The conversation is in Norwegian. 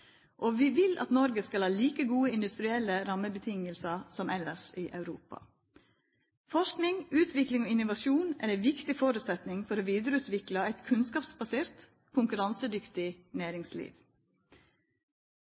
Vi vil at Noreg skal ha like gode industrielle rammevilkår som elles i Europa. Forsking, utvikling og innovasjon er viktige føresetnader for å vidareutvikla eit kunnskapsbasert, konkurransedyktig